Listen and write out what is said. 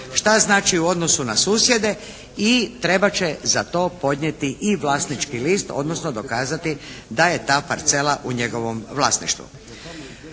Šta znači u odnosu na susjede? I trebat će za to podnijeti i vlasnički list odnosno dokazati da je ta parcela u njegovom vlasništvu.